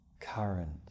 current